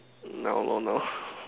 no no no